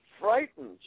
frightened